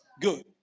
Good